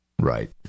Right